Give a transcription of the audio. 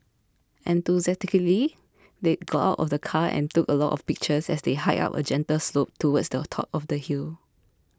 enthusiastically they got out of the car and took a lot of pictures as they hiked up a gentle slope towards the top of the hill